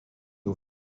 aux